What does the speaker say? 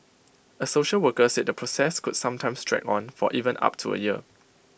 A social worker said the process could sometimes drag on for even up to A year